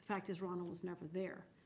fact is, ronald was never there.